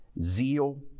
zeal